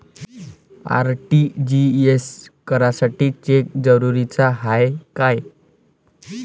RTGS करासाठी cheque जरुरीचा हाय काय?